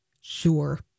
sure